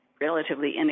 relatively